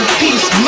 peace